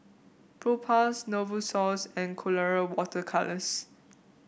Propass Novosource and Colora Water Colours